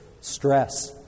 stress